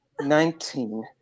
Nineteen